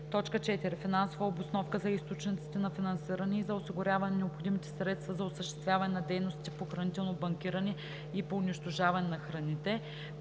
4. финансова обосновка за източниците на финансиране и за осигуряване на необходимите средства за осъществяване на дейностите по хранително банкиране и по унищожаване на храните;